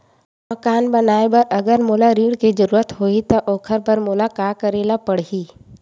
मकान बनाये बर अगर मोला ऋण के जरूरत होही त ओखर बर मोला का करे ल पड़हि?